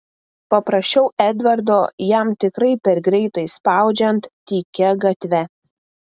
paprašiau edvardo jam tikrai per greitai spaudžiant tykia gatve